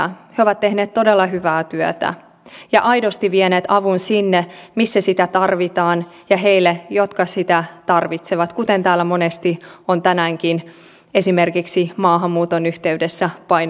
he ovat tehneet todella hyvää työtä ja aidosti vieneet avun sinne missä sitä tarvitaan ja heille jotka sitä tarvitsevat kuten täällä monesti on tänäänkin esimerkiksi maahanmuuton yhteydessä painotettu